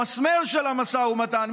המסמר של המשא ומתן,